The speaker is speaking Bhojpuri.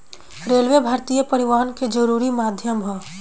रेलवे भारतीय परिवहन के जरुरी माध्यम ह